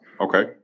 Okay